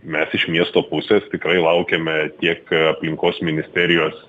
mes iš miesto pusės tikrai laukiame tiek aplinkos ministerijos